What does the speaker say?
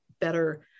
better